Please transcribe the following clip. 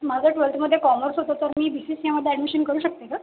माझं ट्वेल्थमधे कॉमर्स होतं तर मी बी सी सी एमध्ये ॲडमिशन करू शकते का